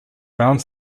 found